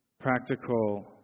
practical